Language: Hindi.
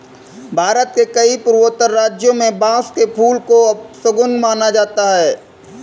भारत के कई पूर्वोत्तर राज्यों में बांस के फूल को अपशगुन माना जाता है